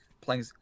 playing